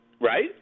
right